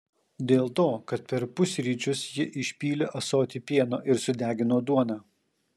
dėl to kad per pusryčius ji išpylė ąsotį pieno ir sudegino duoną